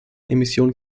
emissionen